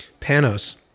panos